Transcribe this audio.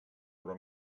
però